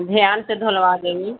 دھیان سے دھلوا دیں گی